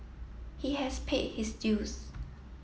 he has paid his dues